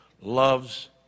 loves